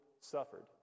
suffered